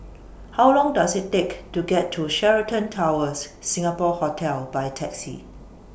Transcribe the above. How Long Does IT Take to get to Sheraton Towers Singapore Hotel By Taxi